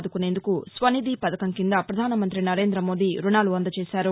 ఆదుకునేందుకు స్వనిధి పథకం కింద పధానమంతి నరేంద్రమోదీ రుణాలు అందజేశారు